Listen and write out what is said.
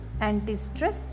anti-stress